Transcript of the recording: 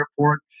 airport